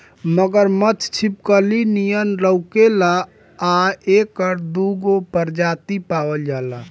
मगरमच्छ छिपकली नियर लउकेला आ एकर दूगो प्रजाति पावल जाला